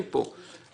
תפקיד סניגור,